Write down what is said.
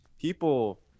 people